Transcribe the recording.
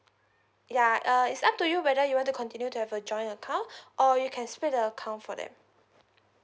ya uh it's up to you whether you want to continue to have a joint account or you can split the account for them